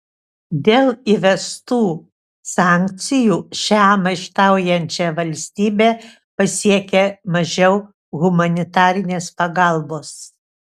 dėl įvestų sankcijų šią maištaujančią valstybę pasiekia mažiau humanitarinės pagalbos